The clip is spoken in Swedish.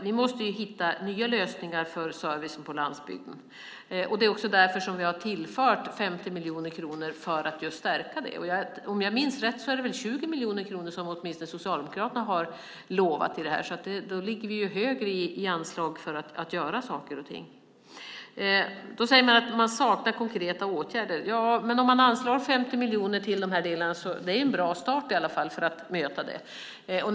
Vi måste hitta nya lösningar för servicen på landsbygden. Det är också därför som vi har tillfört 50 miljoner kronor för att stärka just det. Om jag minns rätt har väl Socialdemokraterna åtminstone lovat 20 miljoner kronor till detta, så då ligger ju vi högre i anslag för att göra saker och ting. Då säger man att man saknar konkreta åtgärder. Ja, men om man anslår 50 miljoner till de här delarna är det i alla fall en bra start för att möta detta.